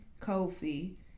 Kofi